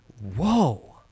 whoa